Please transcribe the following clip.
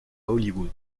hollywood